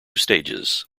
stages